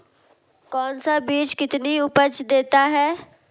कौन सा बीज कितनी उपज देता है?